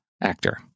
actor